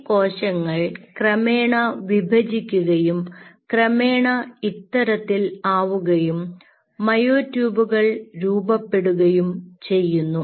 ഈ കോശങ്ങൾ ക്രമേണ വിഭജിക്കുകയും ക്രമേണ ഇത്തരത്തിൽ ആവുകയും മയോ ട്യൂബുകൾ രൂപപ്പെടുകയും ചെയ്യുന്നു